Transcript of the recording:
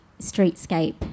streetscape